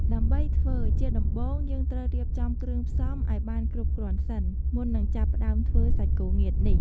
ដើម្បីធ្វើ ជាដំបូងយើងត្រូវរៀបចំគ្រឿងផ្សំឲ្យបានគ្រប់គ្រាន់សិន មុននឹងចាប់ផ្តើមធ្វើសាច់គោងៀតនេះ។